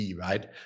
right